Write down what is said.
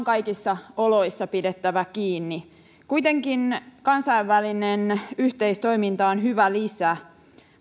kaikissa oloissa pidettävä kiinni kuitenkin kansainvälinen yhteistoiminta on hyvä lisä joka